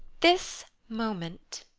this moment!